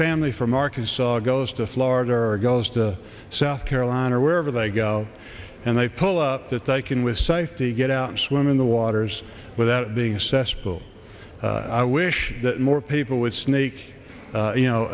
family from arkansas goes to florida or a goes to south carolina or wherever they go and they pull up that they can with safety get out and swim in the waters without being a cesspool i wish that more people would sneak you know